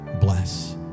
bless